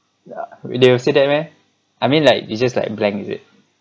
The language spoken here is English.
they will say that meh I mean like you just like blank is it